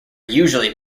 usually